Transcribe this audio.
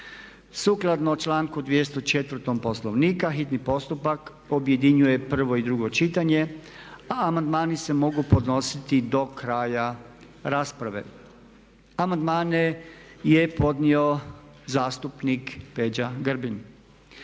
Sukladno članku 204. Poslovnika hitni postupak objedinjuje prvo i drugo čitanja, a amandmani se mogu podnositi do kraja rasprave. Amandmane je podnio zastupnik Peđa Grbin.